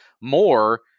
more